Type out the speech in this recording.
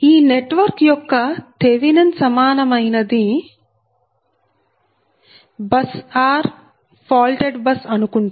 ఈ నెట్వర్క్ యొక్క థెవినెన్ సమానమైనది బస్ r ఫాల్టెడ్ బస్ అనుకుంటే